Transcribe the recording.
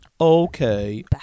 okay